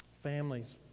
families